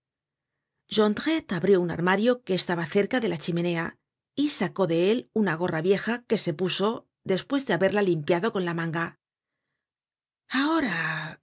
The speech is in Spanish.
jondrette abrió un armario que estaba cerca de la chimenea y sacó de él una gorra vieja que se puso despues de haberla limpiado con la manga ahora